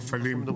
מפעלים.